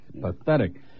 Pathetic